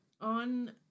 on